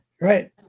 Right